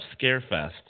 Scarefest